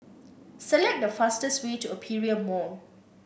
select the fastest way to Aperia Mall